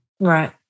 Right